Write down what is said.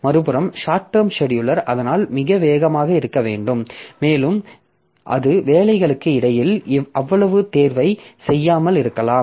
மறுபுறம் short term scheduler அதனால் அது மிக வேகமாக இருக்க வேண்டும் மேலும் அது வேலைகளுக்கு இடையில் அவ்வளவு தேர்வைச் செய்யாமல் இருக்கலாம்